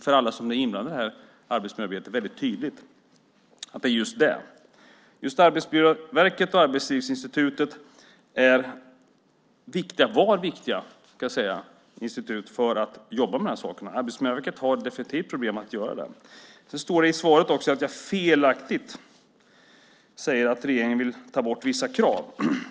För alla som är inblandade i arbetsmiljöarbetet är det väldigt tydligt att det beror på just det. Arbetsmiljöverket och Arbetslivsinstitutet var viktiga institut i jobbet med de här sakerna. Arbetsmiljöverket har definitivt problem att göra det. Det står i svaret att jag "felaktigt" säger att regeringen vill ta bort vissa krav.